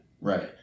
Right